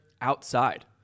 outside